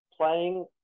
playing